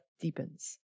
deepens